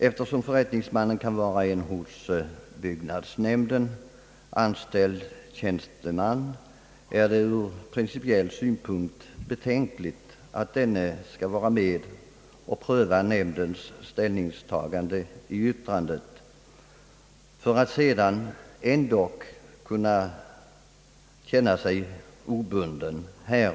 Eftersom förrättningsmannen kan vara en hos byggnadsnämnden anställd tjänsteman, är det ur principiell synpunkt betänkligt att denne skall vara med och pröva nämndens ställningstagande i yttrandet för att sedan ändock kunna känna sig obunden härav.